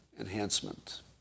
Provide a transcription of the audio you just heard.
enhancement